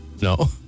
No